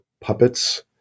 puppets